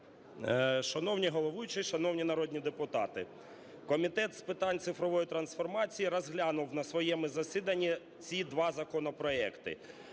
Шановний головуючий, шановні народні депутати, Комітет з питань цифрової трансформації розглянув на своєму засіданні ці два законопроекти.